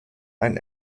ein